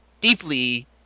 deeply